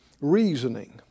reasoning